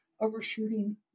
overshooting